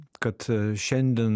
kad a šiandien